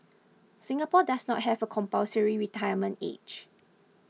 Singapore does not have a compulsory retirement age